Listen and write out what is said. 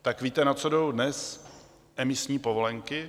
Tak víte, na co jdou dnes emisní povolenky?